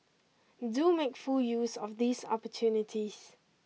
do make full use of these opportunities